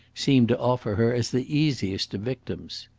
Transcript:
seemed to offer her as the easiest of victims.